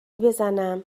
بزنم